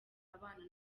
abana